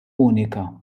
unika